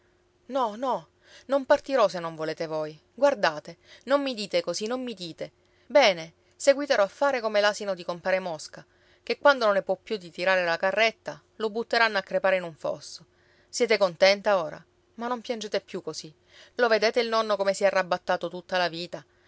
no no non partirò se non volete voi guardate non mi dite così non mi dite bene seguiterò a fare come l'asino di compare mosca che quando non ne può più di tirare la carretta lo butteranno a crepare in un fosso siete contenta ora ma non piangete più così lo vedete il nonno come si è arrabattato tutta la vita